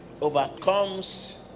overcomes